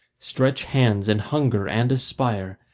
stretch hands, and hunger and aspire,